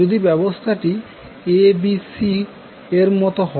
যদি ব্যবস্থাটি abc এর মত হয়